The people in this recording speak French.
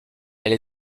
elle